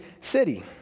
city